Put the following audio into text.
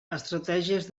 estratègies